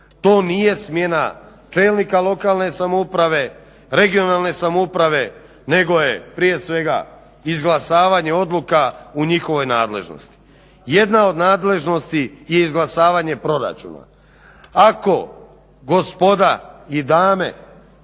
To nije smjena čelnika lokalne samouprave, regionalne samouprave nego je prije svega izglasavanje odluka u njihovoj nadležnosti. Jedna od nadležnosti je i izglasavanje proračuna. Ako gospoda i dame